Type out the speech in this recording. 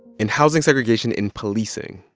and housing segregation in policing.